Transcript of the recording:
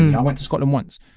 and i went to scotland once.